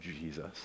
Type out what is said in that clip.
Jesus